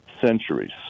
centuries